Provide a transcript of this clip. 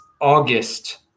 August